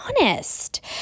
honest